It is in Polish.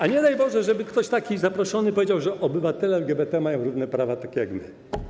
A nie daj Boże, żeby ktoś zaproszony powiedział, że obywatele LGBT mają równe prawa, takie jak my.